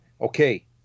okay